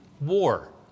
war